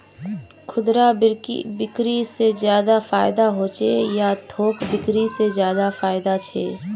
खुदरा बिक्री से ज्यादा फायदा होचे या थोक बिक्री से ज्यादा फायदा छे?